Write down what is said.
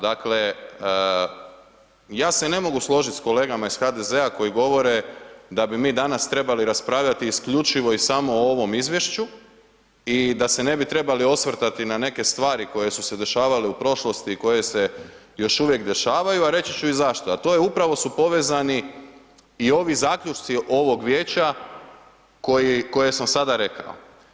Dakle, ja se ne mogu složiti sa kolegama iz HDZ-a koji govore da bi mi danas trebali raspravljati isključivo i samo o ovome izvješću i da se ne bi trebali osvrtati na neke stvari koje su se dešavali u prošlosti, koje se još uvijek dešavaju a reći ću i zašto a to je upravo jer su povezani i ovi zaključci ovog vijeća koje sam sada rekao.